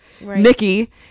Nikki